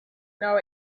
know